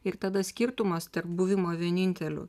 ir tada skirtumas tarp buvimo vieninteliu